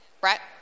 Brett